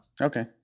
Okay